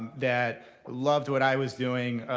that loved what i was doing.